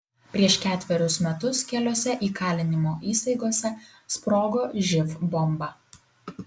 prieš ketverius metus keliose įkalinimo įstaigose sprogo živ bomba